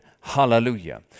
Hallelujah